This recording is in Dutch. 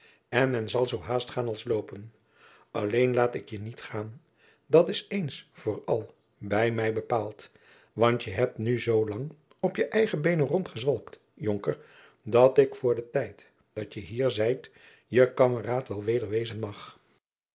en men zal zoo haast gaan als loopen alleen laat ik je niet gaan dat is eens voor al bij mij bepaald want je hebt nu zoo lang op je eigen beenen rondgezwalkt jonker dat ik voor den tijd dat je hier zijt je kameraad wel weder wezen mag